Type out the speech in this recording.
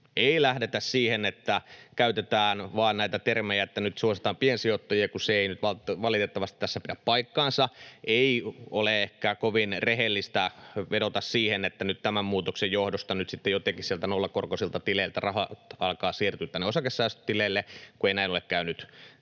Ei lähdetä siihen, että käytetään vain näitä termejä, että nyt suositaan piensijoittajia, kun se ei nyt vaan valitettavasti tässä pidä paikkaansa. Ei ole ehkä kovin rehellistä vedota siihen, että tämän muutoksen johdosta nyt sitten jotenkin sieltä nollakorkoisilta tileiltä rahaa alkaa siirtyä tänne osakesäästötileille, kun ei näin ole käynyt